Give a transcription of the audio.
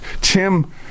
Tim